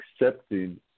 accepting